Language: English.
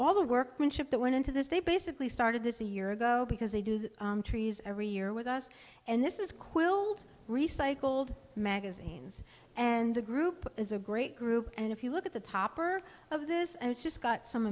all the workmanship that went into this they basically started this a year ago because they do the trees every year with us and this is quilt recycled magazines and the group is a great group and if you look at the top or of this and it's just got some